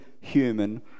human